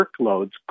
workloads